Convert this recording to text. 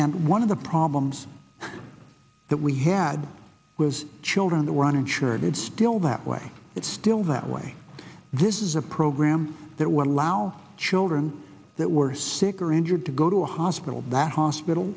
and one of the problems that we had was children that were uninsured it's still that way it's still that way this is a program that would allow children that were sick or injured to go to a hospital that hospital